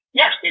yes